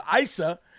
ISA